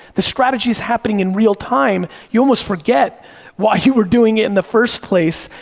the strategy is happening in realtime, you almost forget why you were doing it in the first place,